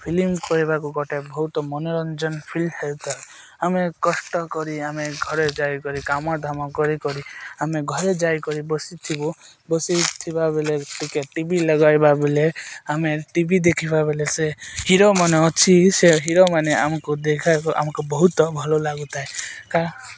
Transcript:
film କରିବାକୁ ଗୋଟେ ବହୁତ ମନୋରଞ୍ଜନ ଫିଲ୍ ହେଉଥାଏ ଆମେ କଷ୍ଟ କରି ଆମେ ଘରେ ଯାଇକରି କାମ ଧାମ କରିକରି ଆମେ ଘରେ ଯାଇକରି ବସିଥିବୁ ବସିଥିବା ବେଲେ ଟିକେ ଟିଭି ଲଗାଇବା ବେଲେ ଆମେ ଟିଭି ଦେଖିବା ବେଲେ ସେ ହିରୋମାନେ ଅଛି ସେ ହିରୋମାନେ ଆମକୁ ଦେଖାକୁ ଆମକୁ ବହୁତ ଭଲ ଲାଗୁଥାଏ କାରଣ